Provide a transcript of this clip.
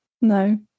No